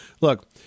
Look